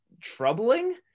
troubling